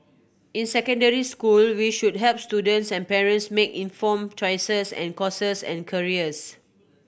in secondary school we should help students and parents make informed choices and courses and careers